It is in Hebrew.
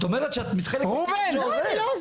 את אומרת שאת חלק מזה שעוזב.